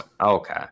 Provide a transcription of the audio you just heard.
Okay